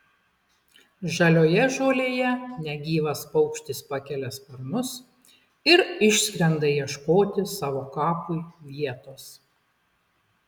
žalioje žolėje negyvas paukštis pakelia sparnus ir išskrenda ieškoti savo kapui vietos